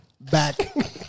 back